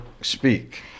speak